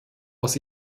aus